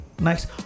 Nice